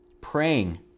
Praying